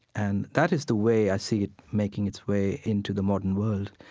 and that is the way i see it making its way into the modern world.